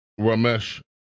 Ramesh